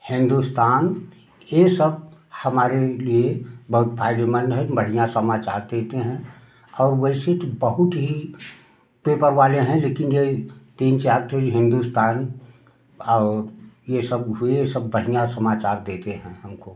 हिन्दुस्तान ये सब हमारे लिए बहुत फायदेमंद हैं बढ़िया समाचार देते हैं और वैसे तो बहुत ही पेपर वाले हैं लेकिन ये तीन चार ठो ये हिंदुस्तान और ये सब हुए सब बढिया समाचार देते हैं हमको